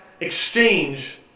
exchange